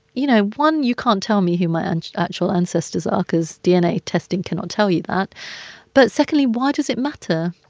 you know, one, you can't tell me who my and actual ancestors are because dna testing cannot tell you that but secondly, why does it matter?